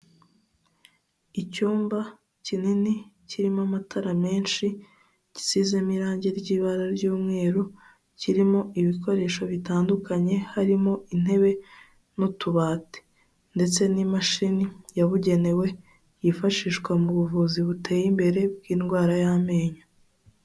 Icyumba kinini kirimo amatara menshi, gisizemo irangi ry'ibara ry'umweru, kirimo ibikoresho bitandukanye, harimo intebe n'utubati ndetse n'imashini yabugenewe yifashishwa mu buvuzi buteye imbere bw'indwara y'amenyo.